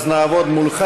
אז נעבוד מולך.